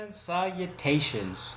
salutations